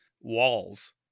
walls